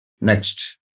Next